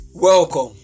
Welcome